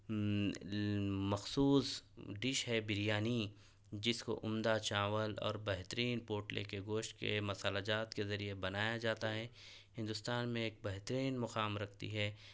مخصوص ڈش ہے بریانی جس کو عمدہ چاول اور بہترین پوٹلے کے گوشت کے مصالحہ جات کے ذریعے بنایا جاتا ہے ہندوستان میں ایک بہترین مقام رکھتی ہے